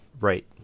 Right